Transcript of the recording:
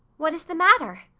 what is the matter?